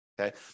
Okay